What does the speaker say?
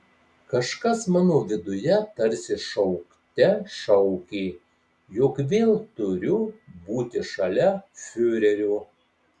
kažkas mano viduje tarsi šaukte šaukė jog vėl turiu būti šalia fiurerio